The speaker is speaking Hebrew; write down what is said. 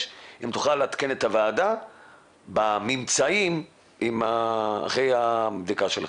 שתעדכן את הוועדה בממצאים אחרי הבדיקה שלכם.